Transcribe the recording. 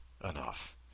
enough